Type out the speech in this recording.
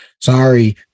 Sorry